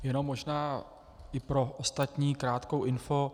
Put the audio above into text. Jenom možná i pro ostatní krátkou info.